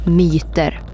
myter